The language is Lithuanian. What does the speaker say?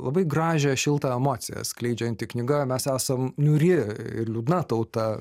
labai gražią šiltą emociją skleidžianti knyga mes esam niūri ir liūdna tauta